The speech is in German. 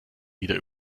wieder